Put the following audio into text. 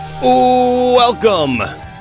Welcome